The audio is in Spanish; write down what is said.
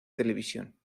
televisión